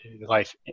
life